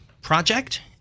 Project